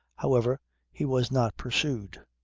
however he was not pursued.